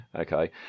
Okay